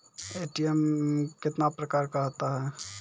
ATM कितने प्रकार का होता हैं?